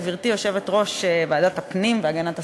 גברתי יושבת-ראש ועדת הפנים והגנת הסביבה,